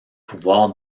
pouvoir